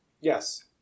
Yes